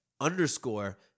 underscore